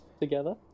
together